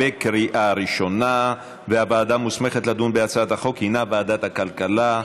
התשע"ט 2018, לוועדת הכלכלה נתקבלה.